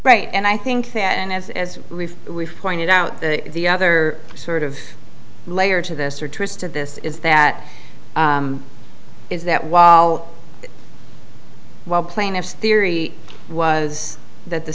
right and i think that and as as we've pointed out the other sort of layer to this or twisted this is that is that while while plaintiff's theory was that the